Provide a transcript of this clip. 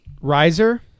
riser